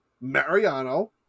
Mariano